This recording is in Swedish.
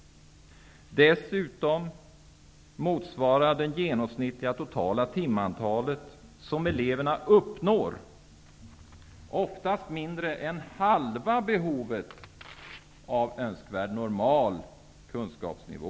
Dessutom motsvarar det genomsnittliga totala timantalet oftast mindre än halva behovet för att uppnå önskvärd normal kunskapsnivå.